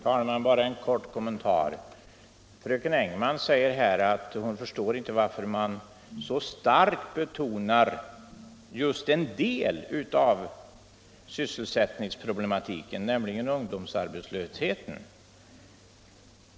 Herr talman! Bara en kort kommentar. Fröken Engman säger att hon inte kan förstå varför man så starkt betonar just en del av sysselsättningsproblematiken, nämligen ungdomsarbetslösheten.